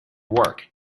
work